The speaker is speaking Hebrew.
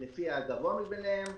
לפי הגבוה מבניהם,